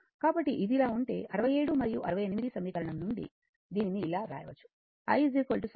కాబట్టి ఇది ఇలా ఉంటే 67 మరియు 68 సమీకరణం నుండి దీనిని ఇలా వ్రాయవచ్చు i సహజ ప్రతిస్పందన a e t tau